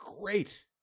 great